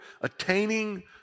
attaining